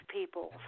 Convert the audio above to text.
people